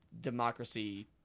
democracy